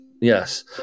Yes